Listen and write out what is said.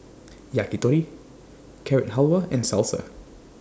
Yakitori Carrot Halwa and Salsa